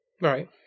Right